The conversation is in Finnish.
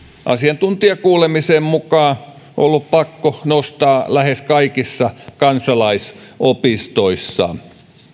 asiantuntijakuulemisen mukaan ollut pakko nostaa lähes kaikissa kansalaisopistoissa